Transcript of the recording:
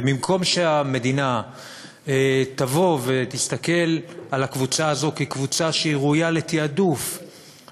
ובמקום שהמדינה תסתכל על הקבוצה הזאת כקבוצה שראויה להעדפה,